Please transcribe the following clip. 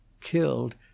killed